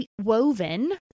Woven